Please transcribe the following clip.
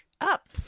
up